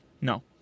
No